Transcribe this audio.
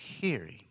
hearing